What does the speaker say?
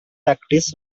tactics